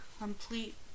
complete